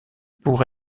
pour